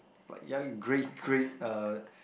like ya grade grade uh